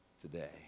today